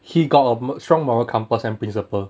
he got a strong moral compass and principal